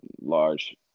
large